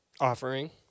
offering